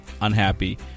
unhappy